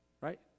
Right